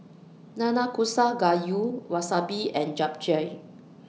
Nanakusa Gayu Wasabi and Japchae